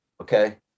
Okay